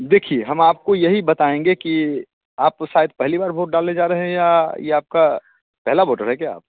देखिए हम आपको यही बताएँगे कि आप शायद पहली बार भोट डालने जा रहें या ये आपका पहला भोटर है क्या